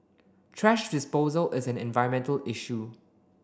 thrash disposal is an environmental issue